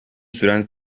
süren